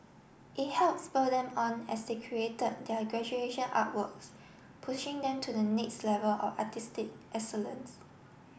it help spur them on as they created their graduation artworks pushing them to the next level of artistic excellence